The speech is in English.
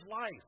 life